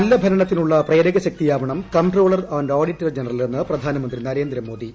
നല്ല ഭരണത്തിനുള്ള പ്രേരകശക്തിയാവണം കംപ്ട്രോളർ ആന്റ് ഓഡിറ്റർ ജനറലെന്ന് പ്രധാനമന്ത്രി നരേന്ദ്രമോദി